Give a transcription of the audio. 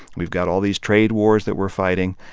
we've got all these trade wars that we're fighting.